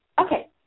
okay